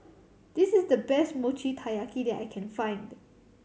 this is the best Mochi Taiyaki that I can find